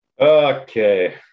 Okay